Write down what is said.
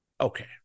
okay